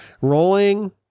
Rolling